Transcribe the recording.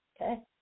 Okay